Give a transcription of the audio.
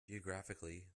geographically